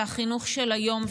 זה החינוך של היום.